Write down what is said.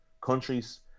countries